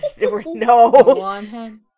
no